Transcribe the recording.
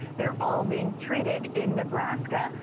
they're all being treated in nebraska.